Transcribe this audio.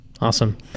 Awesome